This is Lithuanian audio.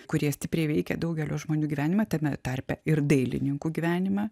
kurie stipriai veikė daugelio žmonių gyvenimą tame tarpe ir dailininkų gyvenimą